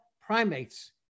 primates